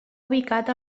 ubicat